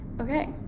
Okay